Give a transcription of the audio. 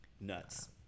nuts